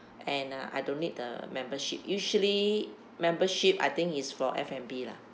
and uh I don't need the membership usually membership I think is for F&B lah